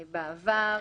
בעבר.